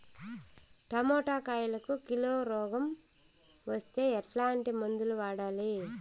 Tomato కాయలకు kilo రోగం వస్తే ఎట్లాంటి మందులు వాడాలి?